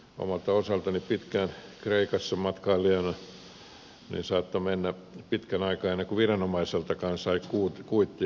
omalta osaltani pitkään kreikassa matkailleena voin sanoa että saattoi mennä pitkän aikaa ennen kuin viranomaiseltakaan sai kuittia